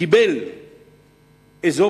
קיבל אזור